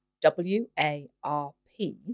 W-A-R-P